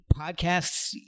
podcasts